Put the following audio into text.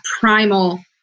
primal